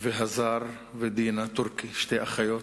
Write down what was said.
והזאר ודינה טורקי, שתי אחיות